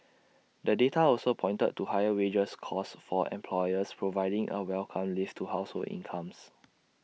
the data also pointed to higher wages costs for employers providing A welcome lift to household incomes